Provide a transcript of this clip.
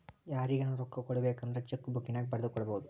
ಯಾರಿಗನ ರೊಕ್ಕ ಕೊಡಬೇಕಂದ್ರ ಚೆಕ್ಕು ಬುಕ್ಕಿನ್ಯಾಗ ಬರೆದು ಕೊಡಬೊದು